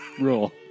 rule